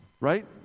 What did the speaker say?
right